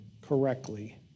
correctly